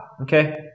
Okay